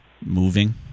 moving